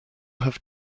have